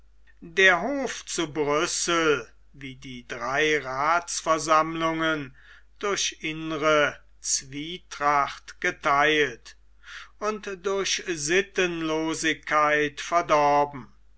der hof zu brüssel wie die drei rathsversammlungen durch innere zwietracht getheilt und durch sinnlosigkeit verdorben